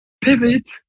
pivot